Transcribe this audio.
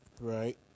Right